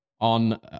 on